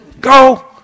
go